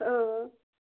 ٲں